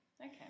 okay